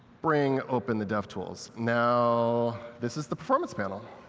bring open the devtools. now this is the performance panel.